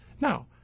Now